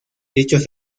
dichos